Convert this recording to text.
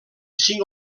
cinc